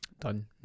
done